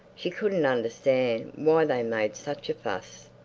she couldn't understand why they made such a fuss.